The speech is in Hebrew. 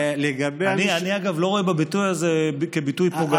לגבי, אני, אגב, לא רואה בביטוי הזה ביטוי פוגעני.